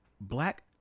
black